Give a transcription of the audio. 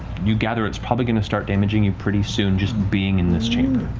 you gather it's probably going to start damaging you pretty soon just being in this chamber.